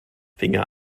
finger